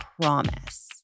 promise